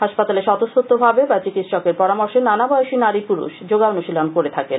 হাসপাতালে স্বতস্ফূর্তভাবে বা চিকিৎসকের পরামর্শে নানা বয়সী নারী পুরুষ যোগা অনুশীলন করে থাকেন